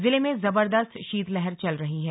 जिले में जबरदस्त शीतलहर चल रही है